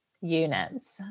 units